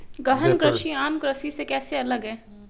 गहन कृषि आम कृषि से कैसे अलग है?